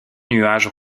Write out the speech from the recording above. nuages